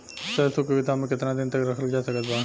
सरसों के गोदाम में केतना दिन तक रखल जा सकत बा?